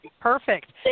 Perfect